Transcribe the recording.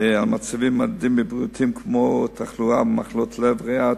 על מצבים כמו תחלואה במחלות לב-ריאה,